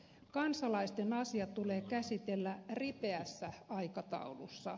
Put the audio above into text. kansalaisten asiat tulee käsitellä ripeässä aikataulussa